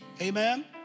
Amen